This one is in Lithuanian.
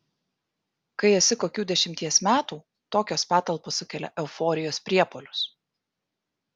kai esi kokių dešimties metų tokios patalpos sukelia euforijos priepuolius